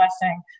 blessing